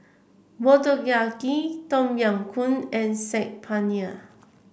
Motoyaki Tom Yam Goong and Saag Paneer